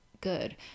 Good